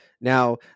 now